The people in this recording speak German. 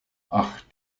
ach